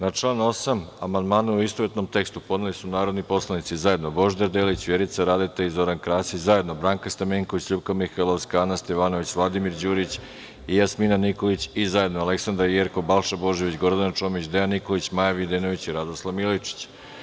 Na član 8. amandmane, u istovetnom tekstu, podneli su narodni poslanici zajedno Božidar Delić, Vjerica Radeta i Zoran Krasić, zajedno Branka Stamenković, LJupka Mihajlovska, Ana Stevanović, Vladimir Đurić i Jasmina Nikolić i zajedno Aleksandra Jerkov, Balša Božović, Gordana Čomić, Dejan Nikolić, Maja Videnović i Radoslav Milojičić.